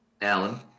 Alan